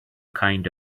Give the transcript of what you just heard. kind